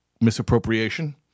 misappropriation